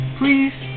please